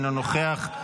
אינו נוכח,